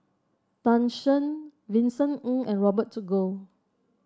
Tan Shen Vincent Ng and Robert Goh